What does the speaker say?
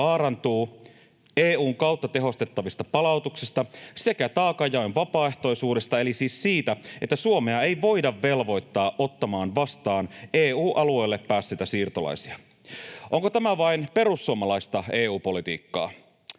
vaarantuu, EU:n kautta tehostettavista palautuksista sekä taakanjaon vapaaehtoisuudesta eli siis siitä, että Suomea ei voida velvoittaa ottamaan vastaan EU-alueelle päässeitä siirtolaisia. Onko tämä vain perussuomalaista EU-politiikkaa?